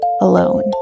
alone